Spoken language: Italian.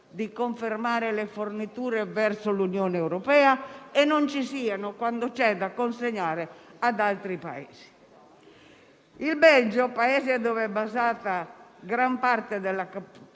di confermare le forniture verso l'Unione europea e non ci siano quando c'è da consegnare ad altri Paesi. Il Belgio, Paese dove è basata gran parte della